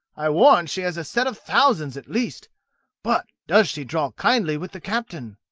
i warrant she has a set of thousands at least but does she draw kindly with the captain?